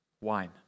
wine